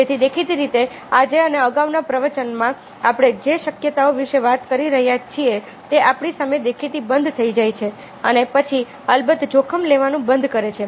તેથી દેખીતી રીતે આજે અને અગાઉના પ્રવચનોમાં આપણે જે શક્યતાઓ વિશે વાત કરી રહ્યા છીએ તે આપણી સામે દેખાતી બંધ થઈ જાય છે અને પછી અલબત્ત જોખમ લેવાનું બંધ કરે છે